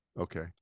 Okay